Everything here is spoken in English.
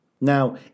Now